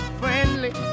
friendly